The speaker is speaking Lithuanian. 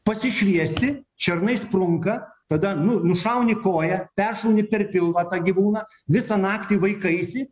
pasišviesti šernai sprunka tada nu nušauni koją peršauni per pilvą tą gyvūną visą naktį vaikaisi